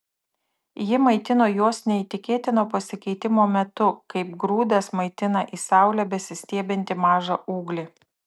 ji maitino juos neįtikėtino pasikeitimo metu kaip grūdas maitina į saulę besistiebiantį mažą ūglį